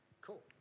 Cool